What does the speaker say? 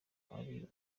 ari